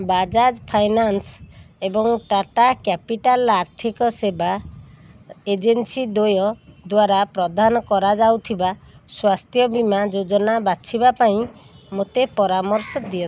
Bajaj finance ଏବଂ Tata capital ଆର୍ଥିକ ସେବା ଏଜେନ୍ସି ଦ୍ୱୟ ଦ୍ଵାରା ପ୍ରଦାନ କରାଯାଇଥିବା ସ୍ୱାସ୍ଥ୍ୟ ବୀମା ଯୋଜନା ବାଛିବା ପାଇଁ ମୋତେ ପରାମର୍ଶ ଦିଅନ୍ତୁ